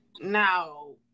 Now